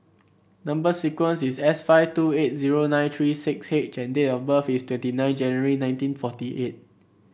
number sequence is S five two eight zero nine three six H and date of birth is twenty nine January nineteen forty eight